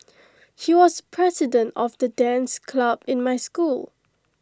he was president of the dance club in my school